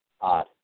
odd